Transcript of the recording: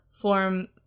form